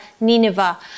Nineveh